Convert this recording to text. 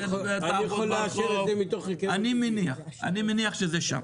אני מניח שזה שם.